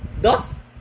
thus